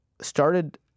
started